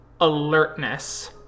alertness